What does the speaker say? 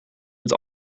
het